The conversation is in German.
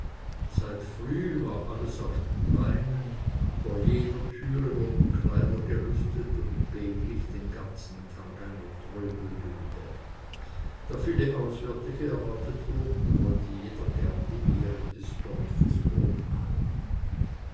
seit früh war alles auf den beinen vor jeder tür wurden kleider gelüftet und b glich den ganzen tag einer trödelbude da viele auswärtige erwartet wurden wollte jeder gern die ehre des dorfes oben